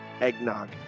eggnog